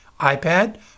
iPad